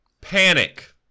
Panic